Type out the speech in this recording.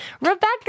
Rebecca